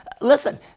Listen